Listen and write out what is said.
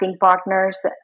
partners